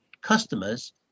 customers